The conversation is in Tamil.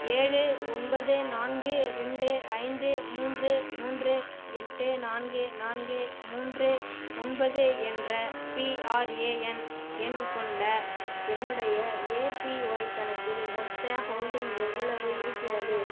ஏழு ஒன்பது நான்கு ரெண்டு ஐந்து மூன்று மூன்று எட்டு நான்கு நான்கு மூன்று ஒன்பது என்ற பிஆர்ஏஎன் எண் கொண்ட என்னுடைய ஏபிஒய் கணக்கில் மொத்த ஹோல்டிங் எவ்வளவு இருக்கிறது